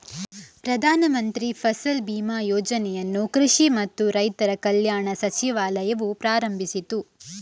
ಪ್ರಧಾನ ಮಂತ್ರಿ ಫಸಲ್ ಬಿಮಾ ಯೋಜನೆಯನ್ನು ಕೃಷಿ ಮತ್ತು ರೈತರ ಕಲ್ಯಾಣ ಸಚಿವಾಲಯವು ಪ್ರಾರಂಭಿಸಿತು